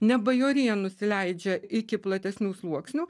ne bajorija nusileidžia iki platesnių sluoksnių